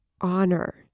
honor